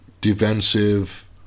defensive